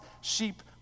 sheep